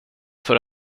för